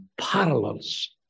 parallels